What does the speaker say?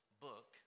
book